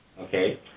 Okay